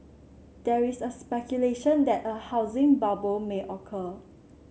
there is a speculation that a housing bubble may occur